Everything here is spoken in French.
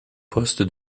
poste